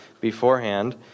beforehand